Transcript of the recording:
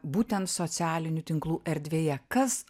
būtent socialinių tinklų erdvėje kas